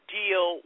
deal